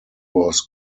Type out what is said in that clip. was